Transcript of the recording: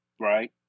right